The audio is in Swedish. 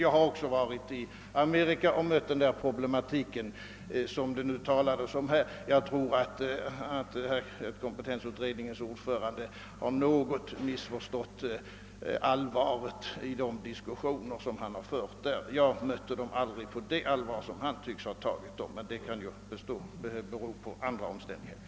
Jag har själv varit i Amerika och konfronterats med denna problematik, och jag tror att kompetensutredningens ordförande har något missförstått allvaret i de diskussioner han där deltagit i. Jag mötte aldrig problemen med det allvar som han tycks ha gjort; men det kan ju bero på andra omständigheter.